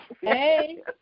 Hey